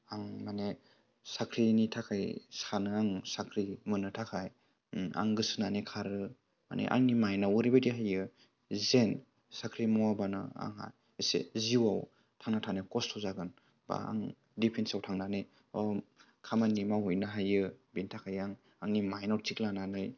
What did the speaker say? आं माने साख्रिनि थाखाय सानो आं साख्रि मोननो थाखाय आं गोसो होनानै खारो माने आंनि माइन्दाव ओरैबायदि फैयो जेन साख्रि मावाबानो आंहा एसे जिउआव थांना थानो खस्थ' जागोन बा आं दिफेन्साव थांनानै आं खामानि मावहैनो हायो बेनि थाखाय आं आंनि माइन्दाव थिग लानानै